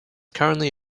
currently